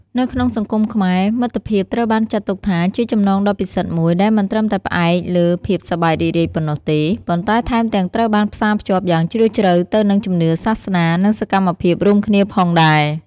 នៅក្នុងសង្គមខ្មែរ មិត្តភាពត្រូវបានចាត់ទុកថាជាចំណងដ៏ពិសិដ្ឋមួយ ដែលមិនត្រឹមតែផ្អែកលើភាពសប្បាយរីករាយប៉ុណ្ណោះទេ ប៉ុន្តែថែមទាំងត្រូវបានផ្សារភ្ជាប់យ៉ាងជ្រាលជ្រៅទៅនឹងជំនឿសាសនា និងសកម្មភាពរួមគ្នាផងដែរ។